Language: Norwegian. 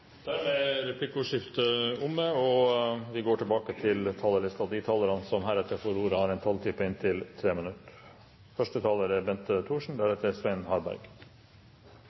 Dermed er replikkordskiftet omme. De talere som heretter får ordet, har en taletid på inntil 3 minutter. Jeg må begynne med å si at dette dessverre er